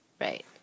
right